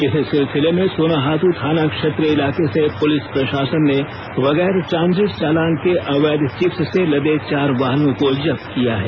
इसी सिलसिले में सोनाहातू थाना क्षेत्र इलाके से पुलिस प्रशासन ने बगैर ट्रांजिट चालान के अवैध चिप्स से लदे चार वाहनों को जब्त किया है